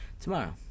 tomorrow